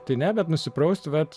tai ne bet nusiprausti vat